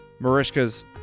Marishka's